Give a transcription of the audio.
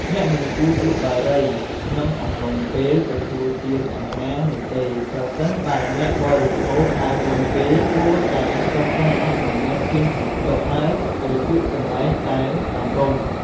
អ្នកមិនគួរ ជក់បារីក្នុងកំឡុងពេលទទួលទានអាហារ នោះទេ បើសិនជាអ្នកបរិភោគហើយមុនគេ គួរតែសំុការអនុញ្ញតចេញពីតុ ហើយទៅជក់កន្លែងដែលសមរម្យ។